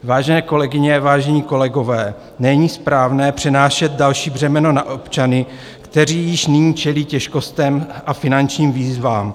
Vážené kolegyně, vážení kolegové, není správné přenášet další břemeno na občany, kteří již nyní čelí těžkostem a finančním výzvám.